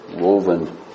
woven